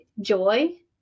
joy